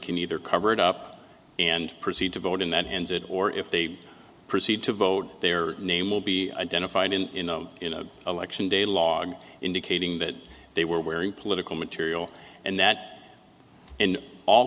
can either cover it up and proceed to vote in that ended or if they proceed to vote their name will be identified in election day log indicating that they were wearing political material and that in all